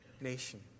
nation